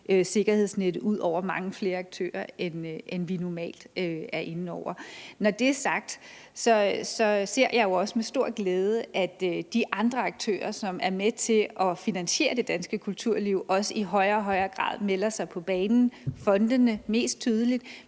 sikkerhedsnettet ud under mange flere aktører, end vi normalt er inde over. Når det er sagt, ser jeg jo også med stor glæde, at de andre aktører, som er med til at finansiere det danske kulturliv, i højere og højere grad melder sig på banen, mest tydeligt